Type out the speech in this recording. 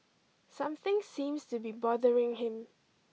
something seems to be bothering him